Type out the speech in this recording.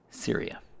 Syria